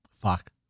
Fuck